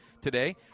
today